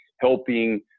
helping